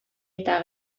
eta